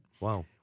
Wow